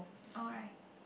alright